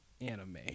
Anime